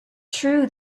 true